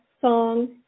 song